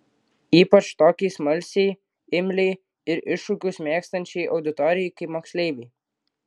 ypač tokiai smalsiai imliai ir iššūkius mėgstančiai auditorijai kaip moksleiviai